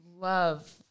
Love